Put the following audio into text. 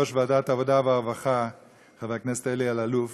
העבודה והרווחה חבר הכנסת אלי אלאלוף,